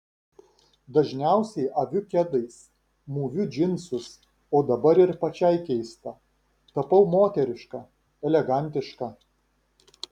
dažniausiai aviu kedais mūviu džinsus o dabar ir pačiai keista tapau moteriška elegantiška